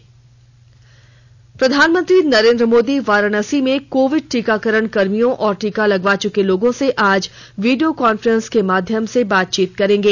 प्रधानमंत्री प्रधानमंत्री नरेन्द्र मोदी वाराणसी में कोविड टीकाकरण कर्मियों और टीका लगवा चुके लोगों से आज वीडियो कांफ्रेंस के माध्यम से बातचीत करेंगे